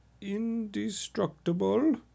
Indestructible